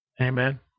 Amen